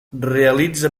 realitza